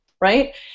right